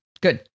good